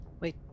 Wait